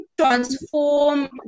transform